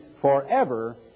forever